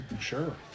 Sure